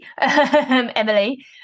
emily